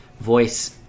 voice